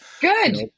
Good